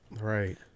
right